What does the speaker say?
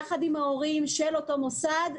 יחד עם ההורים של אותו מוסד,